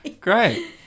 Great